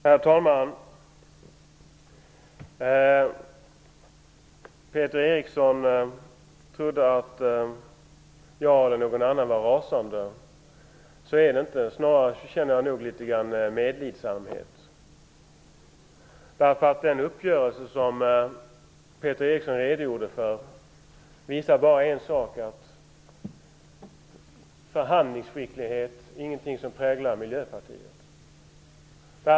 Herr talman! Peter Eriksson trodde att jag eller någon annan var rasande. Så är det inte. Snarare känner jag litet medlidande. Den uppgörelse som Peter Eriksson redogjorde för visar bara en sak, att förhandlingsskicklighet inte är något som präglar Miljöpartiet.